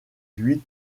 huit